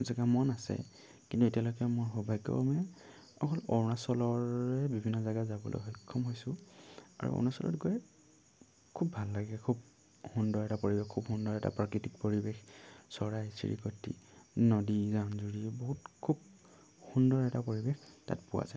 জেগা মন আছে কিন্তু এতিয়ালৈকে মোৰ সৌভাগ্য হোৱা নাই অকল অৰুণাচলৰে বিভিন্ন জেগা যাবলৈ সক্ষম হৈছোঁ আৰু অৰুণাচলত গৈ খুব ভাল লাগে খুব সুন্দৰ এটা পৰিৱেশ খুব সুন্দৰ এটা প্ৰাকৃতিক পৰিৱেশচৰাই চিৰিকতি নদী জান জুৰি বহুত খুব সুন্দৰ এটা পৰিৱেশ তাত পোৱা যায়